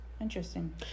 Interesting